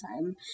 time